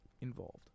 involved